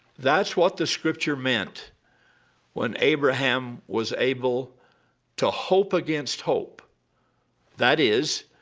that's what the scripture meant when abraham was able to hope against hope that is,